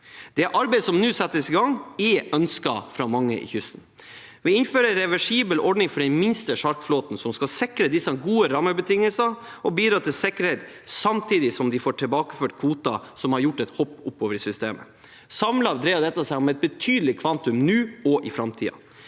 Det arbeidet settes nå i gang og er ønsket fra mange langs kysten. Vi innfører en reversibel ordning for den minste sjarkflåten som skal sikre disse gode rammebetingelser og bidra til sikkerhet, samtidig som de får tilbakeført kvoter som har gjort et hopp oppover i systemet. Samlet dreier dette seg om et betydelig kvantum nå og i framtiden.